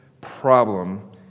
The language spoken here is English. problem